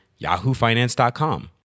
yahoofinance.com